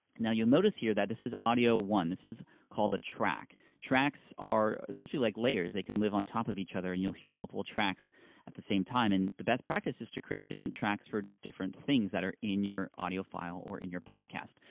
now, you'll notice here that this is audio one, this is called a track. tracks are essentially like layers that can live on top of each other, and you'll hear multiple tracks at the same time, and the best practice is to create different tracks for different things that are in your audio file or in your podcast.